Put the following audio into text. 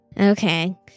Okay